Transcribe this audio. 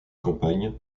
campagne